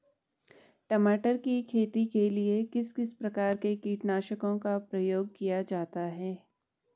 टमाटर की खेती के लिए किस किस प्रकार के कीटनाशकों का प्रयोग किया जाता है?